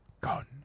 gone